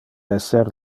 esser